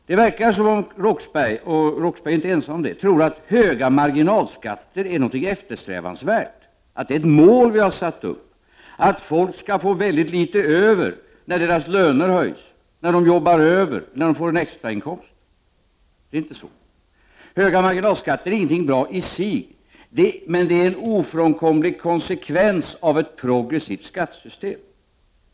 Det verkar som om Roxbergh — och han är inte ensam om det —- tror att höga marginalskatter är någonting eftersträvansvärt, att det är ett mål vi har satt upp, att folk skall få väldigt litet över när deras löner höjs, när de jobbar över, när de får en extrainkomst. Så är det inte. Höga marginalskatter är ingenting som är bra i sig. Men det är en ofrånkomlig konsekvens av ett progressivt skattesystem.